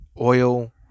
oil